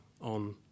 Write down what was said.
on